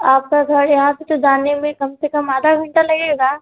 आपका घर यहाँ से तो जाने में कम से कम आधा घंटा लगेगा